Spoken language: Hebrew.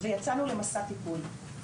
ויצאנו למסע טיפול.